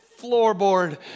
floorboard